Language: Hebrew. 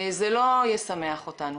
זה לא ישמח אותנו.